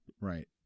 right